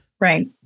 Right